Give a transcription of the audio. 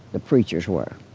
the preachers were.